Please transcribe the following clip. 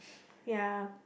ya